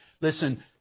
Listen